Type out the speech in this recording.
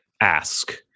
ask